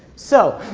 so,